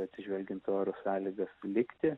atsižvelgiant į oro sąlygas likti